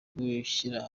gushyira